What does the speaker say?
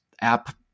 app